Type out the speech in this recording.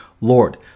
Lord